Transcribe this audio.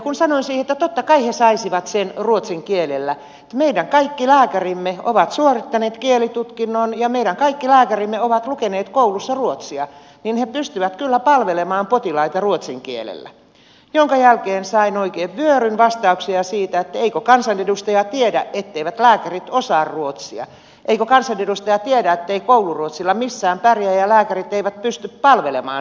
sanoin siihen että totta kai he saisivat sen ruotsin kielellä että meidän kaikki lääkärimme ovat suorittaneet kielitutkinnon ja meidän kaikki lääkärimme ovat lukeneet koulussa ruotsia he pystyvät kyllä palvelemaan potilaita ruotsin kielellä minkä jälkeen sain oikein vyöryn vastauksia siitä että eikö kansanedustaja tiedä etteivät lääkärit osaa ruotsia eikö kansanedustaja tiedä ettei kouluruotsilla missään pärjää ja että lääkärit eivät pysty palvelemaan sillä kielellä